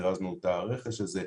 זירזנו את הרכש של זה.